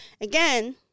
Again